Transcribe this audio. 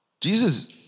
Jesus